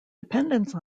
dependence